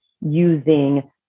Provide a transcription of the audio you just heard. using